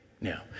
Now